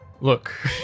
Look